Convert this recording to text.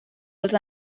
els